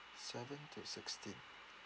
seven to sixteen